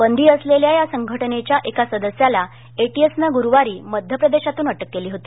बंदी असलेल्या या संघटनेच्या एका सदस्याला एटीएसनं ग्रुवारी मध्य प्रदेशातून अटक केली होती